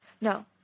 no